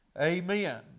Amen